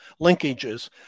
linkages